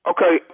Okay